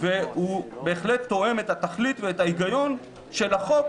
והוא בהחלט תואם את התכלית ואת ההיגיון של החוק,